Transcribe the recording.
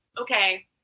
okay